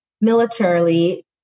militarily